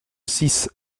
six